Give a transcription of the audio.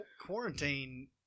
Quarantine